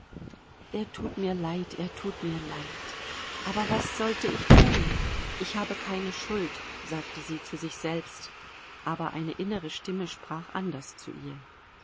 er tut mir leid er tut mir leid aber was sollte ich tun ich habe keine schuld sagte sie zu sich selbst aber eine innere stimme sprach anders zu ihr